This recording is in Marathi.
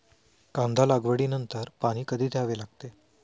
कांदा लागवडी नंतर पाणी कधी द्यावे लागते?